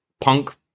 punk